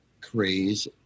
craze